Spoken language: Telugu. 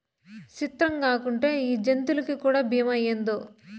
సిత్రంగాకుంటే ఈ జంతులకీ కూడా బీమా ఏందో